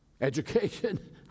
Education